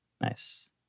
Nice